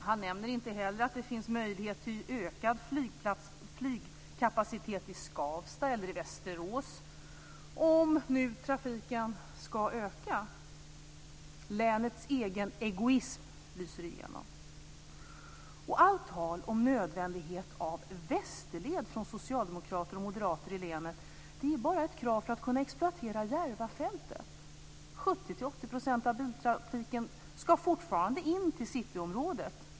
Han nämner inte heller att det finns möjlighet till ökad flygkapacitet i Skavsta eller i Västerås, om nu trafiken ska öka. Länets egen egoism lyser igenom. Allt tal om nödvändigheten av en västerled från socialdemokrater och moderater i länet handlar bara om ett krav för att man ska kunna exploatera Järvafältet. 70-80 % av biltrafiken ska fortfarande in till cityområdet.